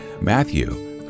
Matthew